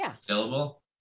syllable